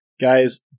Guys